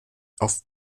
auf